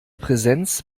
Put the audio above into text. präsenz